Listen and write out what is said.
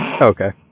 okay